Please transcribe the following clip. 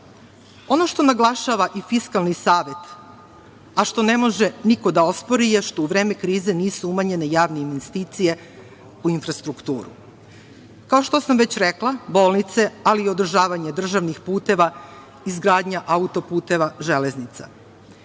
što naglašava i Fiskalni savet, a što ne može niko da ospori je što u vreme krize nisu umanjene javne investicije u infrastrukturu, kao što sam već rekla, bolnice, ali i održavanje državnih puteva, izgradnja autoputeva, železnica.